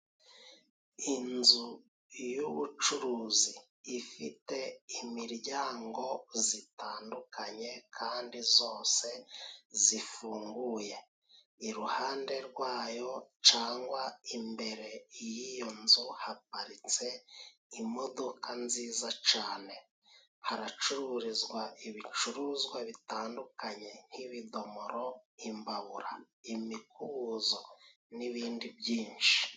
Inzu yubucuruzi, ifite imiryango zitandukanye kandi zose zifunguye. Iruhande rwayo cyangwa imbere y'iyo nzu, haparitse imodoka nziza cyane, haracururizwa ibicuruzwa bitandukanye, nk'ibidomoro, imbabura, imikubuzo, n'ibindi byinshi.